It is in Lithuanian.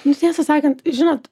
jūs tiesą sakant žinot